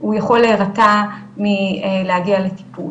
הוא יכול להירתע מלהגיע לטיפול